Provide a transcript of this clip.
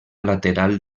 lateral